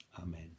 Amen